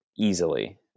easily